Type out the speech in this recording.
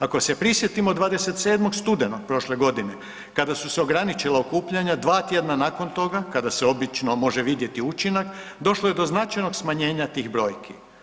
Ako se prisjetimo 27. studenog prošle godine kada su se ograničila okupljanja dva tjedna nakon toga kada se obično može vidjeti učinak, došlo je do značajnog smanjenja tih brojki.